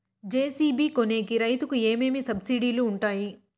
JCB కొనేకి రైతుకు ఏమేమి సబ్సిడి లు వుంటాయి?